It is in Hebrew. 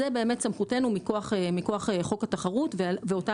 זו באמת סמכותנו מכוח חוק התחרות ואותה